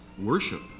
worship